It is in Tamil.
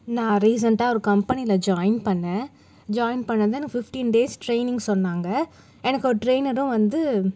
நான் ரீசண்ட்டாக ஒரு கம்பெனியில் ஜாயின் பண்ணேன் ஜாயின் பண்ணது எனக்கு ஃபிஃப்டீன் டேஸ் ட்ரெயினிங் சொன்னாங்க எனக்கு ஒரு ட்ரெயினரும் வந்து